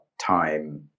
time